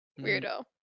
Weirdo